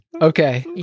Okay